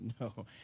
no